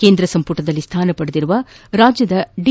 ಕೇಂದ್ರ ಸಂಪುಟದಲ್ಲಿ ಸ್ಥಾನ ಪಡೆದಿರುವ ರಾಜ್ಯದ ದಿ